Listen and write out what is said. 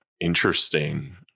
Interesting